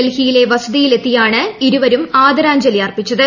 ഡൽഹിയിലെ വസതിയിലെത്തിയാണ് ഇരുവരും ആദരാഞ്ജലി അർപ്പിച്ചത്